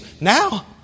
now